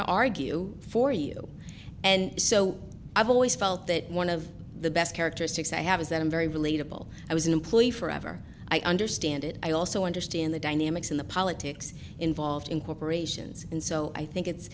to argue for you and so i've always felt that one of the best characteristics i have is that i'm very relatable i was an employee forever i understand it i also understand the dynamics in the politics involved in corporations and so i think it's